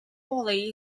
valley